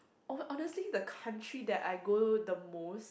ho~ honestly the country that I go the most